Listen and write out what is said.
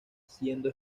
siendo